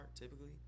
typically